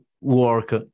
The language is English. work